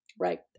right